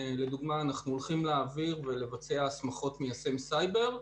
אנחנו באים מדיון של ועדת המשנה שעסק ספציפית בהגנה על גופים חיוניים,